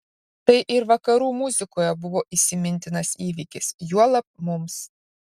tai ir vakarų muzikoje buvo įsimintinas įvykis juolab mums